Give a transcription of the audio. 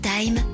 Time